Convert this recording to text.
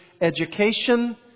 Education